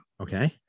Okay